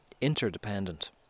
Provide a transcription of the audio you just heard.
Interdependent